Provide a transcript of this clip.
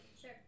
Sure